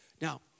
Now